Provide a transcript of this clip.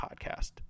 Podcast